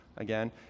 again